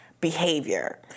behavior